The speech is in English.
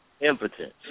impotence